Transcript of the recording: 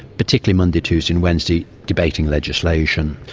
particularly monday, tuesday and wednesday, debating legislation.